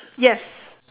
yes